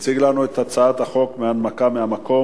אני קובע שהצעת חוק עבודת הנוער (תיקון,